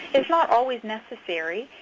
it's not always necessary.